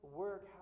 work